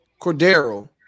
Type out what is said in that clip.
Cordero